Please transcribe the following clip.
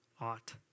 ought